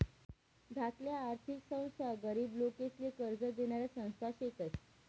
धाकल्या आर्थिक संस्था गरीब लोकेसले कर्ज देनाऱ्या संस्था शेतस